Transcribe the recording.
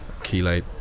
chelate